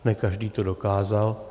Ne každý to dokázal.